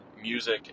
music